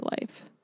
life